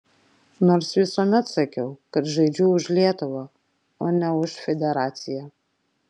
nors visuomet sakiau kad žaidžiu už lietuvą o ne už federaciją